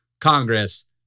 Congress